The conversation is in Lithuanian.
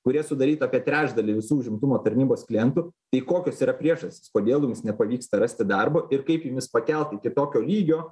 kurie sudarytų apie trečdalį visų užimtumo tarnybos klientų tai kokios yra priežastys kodėl nepavyksta rasti darbo ir kaip jumis pakelt iki tokio lygio